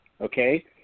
okay